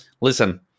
listen